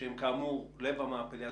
שהם כאמור לב המאפליה,